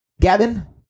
Gavin